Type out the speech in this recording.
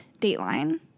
Dateline